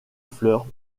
fleur